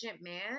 man